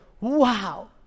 wow